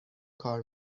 کار